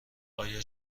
آیا